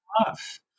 off